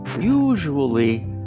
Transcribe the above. usually